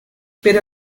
pero